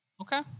Okay